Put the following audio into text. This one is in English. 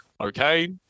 Okay